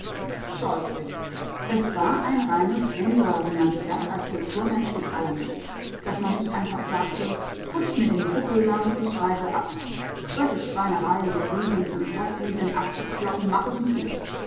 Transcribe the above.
scheußlich es war ein reines wunder wie man sich das als kulturmensch gefallen ließ daß man nicht einfach sagte rutscht mir den buckel lang ich reise ab solche schweinerei wie rüben die im dreck liegen abzukloppen mache ich nicht mit